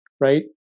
Right